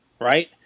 right